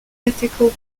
ethical